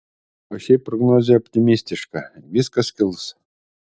o šiaip prognozė optimistiška viskas kils